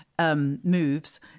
moves